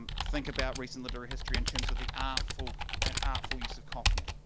um think about recent literal history in terms of the artful and artful use of copying.